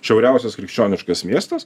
šiauriausias krikščioniškas miestas